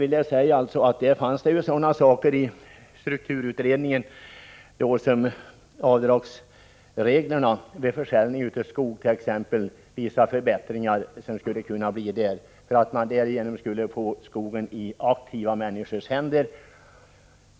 I strukturutredningen fanns ju en del saker — jag avser t.ex. bättre avdragsregler vid försäljning av skog och vissa förbättringar som då skulle kunna åstadkommas — som syftade till att skogen skulle komma i aktiva människors händer.